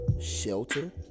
shelter